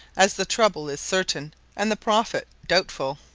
as the trouble is certain and the profit doubtful.